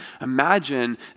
imagine